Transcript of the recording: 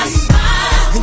smile